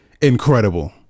incredible